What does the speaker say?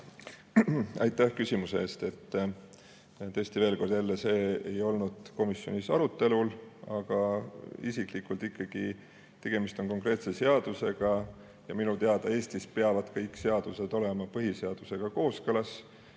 Aitäh küsimuse eest! Tõesti veel kord jälle, see ei olnud komisjonis arutelul, aga isikliku [arvamusena ütlen, et] tegemist on ikkagi konkreetse seadusega ja minu teada Eestis peavad kõik seadused olema põhiseadusega kooskõlas.